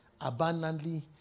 abundantly